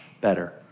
better